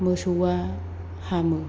मोसौआ हामो